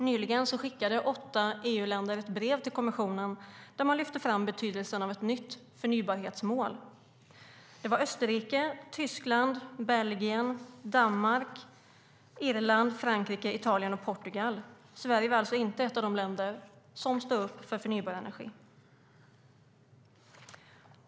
Nyligen skickade åtta EU-länder ett brev till kommissionen där man lyfte fram betydelsen av ett nytt förnybarhetsmål. Det var Österrike, Tyskland, Belgien, Danmark, Irland, Frankrike, Italien och Portugal. Sverige var alltså inte ett av de länder som stod upp för förnybar energi.